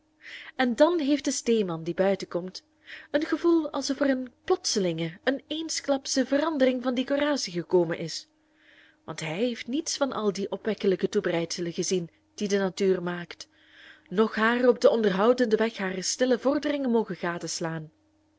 en dan heeft de steeman die buiten komt een gevoel alsof er eene plotselinge eene eensklapsche verandering van decoratie gekomen is want hij heeft niets van al die opwekkelijke toebereidselen gezien die de natuur maakt noch haar op den onderhoudende weg harer stille vorderingen mogen gadeslaan